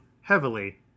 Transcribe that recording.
heavily